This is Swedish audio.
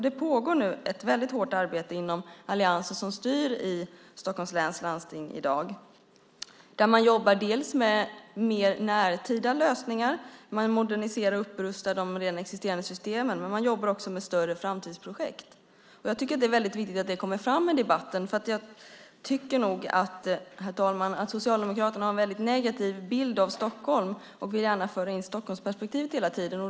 Det pågår nu ett hårt arbete inom alliansen som styr i Stockholms läns landsting i dag. Man jobbar dels med mer närtida lösningar som att modernisera och upprusta redan existerande system, dels med större framtidsprojekt. Jag tycker att det är väldigt viktigt att det kommer fram i debatten. Jag tycker, herr talman, att Socialdemokraterna har en väldigt negativ bild av Stockholm och gärna vill föra in Stockholmsperspektivet hela tiden.